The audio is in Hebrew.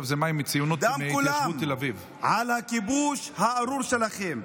דם כולם על הכיבוש הארור שלכם.